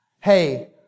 hey